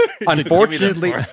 Unfortunately